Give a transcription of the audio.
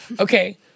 Okay